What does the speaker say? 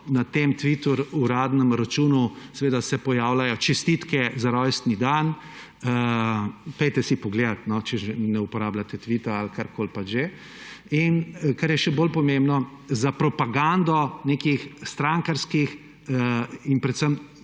na tem Twitter uradnem računu seveda pojavljajo čestitke za rojstni dan. Poglejte si, če že ne uporabljate Twitterja ali karkoli pač že. In kar je še bolj pomembno, za propagando nekih strankarskih in predvsem,